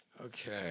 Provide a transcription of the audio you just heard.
Okay